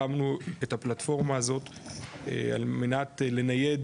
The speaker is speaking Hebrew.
הקמנו את הפלטפורמה הזאת על מנת לנייד